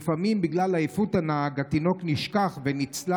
לפעמים בגלל עייפות הנהג התינוק נשכח ונצלה,